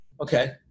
Okay